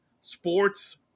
sports